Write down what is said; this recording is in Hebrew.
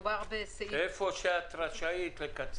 הצבעה אושר.